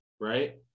right